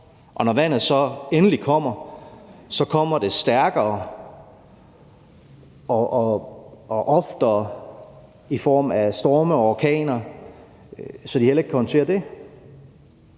og når vandet så endelig kommer, kommer det stærkere og oftere i form af storme og orkaner, så de heller ikke kan håndtere det.